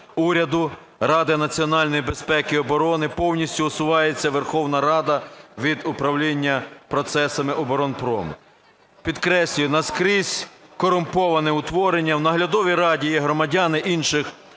уряду, Ради національної безпеки і оборони, повністю усувається Верховна Рада від управління процесами оборонпрому. Підкреслюю, наскрізь корумповане утворення, в наглядовій раді є громадяни інших